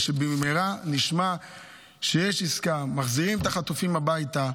ושבמהרה נשמע שיש עסקה ושמחזירים את החטופים הביתה.